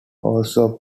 also